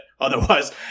otherwise